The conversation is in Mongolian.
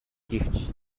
гэвч